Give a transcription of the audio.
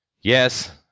Yes